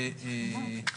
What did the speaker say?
יתבצע כתקנו,